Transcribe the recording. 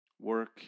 work